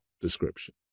description